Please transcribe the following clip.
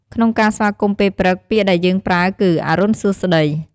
ក្នុងការស្វាគមន៍ពេលព្រឹក ពាក្យដែលយើងប្រើគឺ អរុណសួស្ដី។